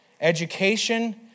education